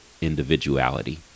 individuality